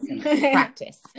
practice